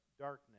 darkness